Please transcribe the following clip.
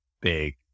big